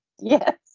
Yes